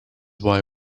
why